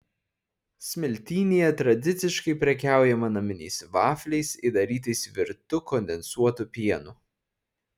smiltynėje tradiciškai prekiaujama naminiais vafliais įdarytais virtu kondensuotu pienu